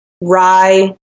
rye